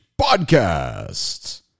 Podcast